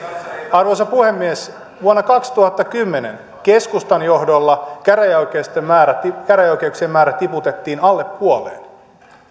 arvoisa puhemies vuonna kaksituhattakymmenen keskustan johdolla käräjäoikeuksien määrä käräjäoikeuksien määrä tiputettiin alle puoleen